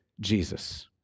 Jesus